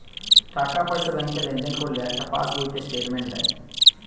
টাকা পয়সা ব্যাংকে লেনদেন করলে একটা পাশ বইতে স্টেটমেন্ট দেয়